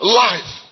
life